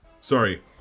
Sorry